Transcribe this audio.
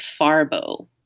Farbo